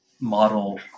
model